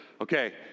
okay